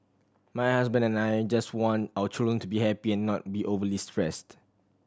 my husband and I just want our children to be happy and not be overly stressed